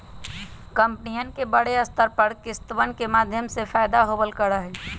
कम्पनियन के बडे स्तर पर किस्तवन के माध्यम से फयदा होवल करा हई